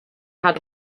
had